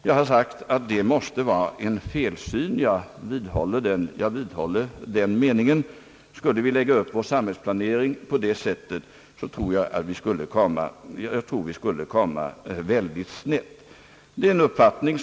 Jag har sagt att det måste vara en felsyn, och jag vidhåller den meningen. Skulle vi lägga upp vår samhällsplanering på det sättet, tror jag att det hela skulle i hög grad gå på sned.